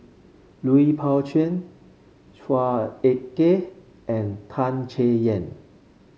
Lui Pao Chuen Chua Ek Kay and Tan Chay Yan